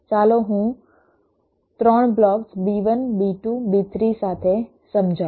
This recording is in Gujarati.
ચાલો હું 3 બ્લોક્સ B1 B2 B3 સાથે સમજાવું